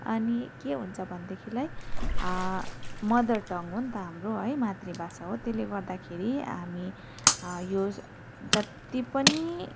अनि के हुन्छ भनेदेखिलाई मदर टङ हो नि त हाम्रो है मातृभाषा हो त्यसले गर्दाखेरि हामी यो जत्ति पनि